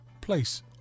place